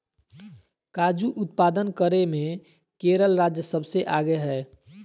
काजू उत्पादन करे मे केरल राज्य सबसे आगे हय